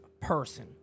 person